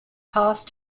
past